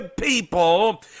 people